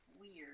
weird